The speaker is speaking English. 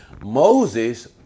Moses